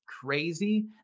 crazy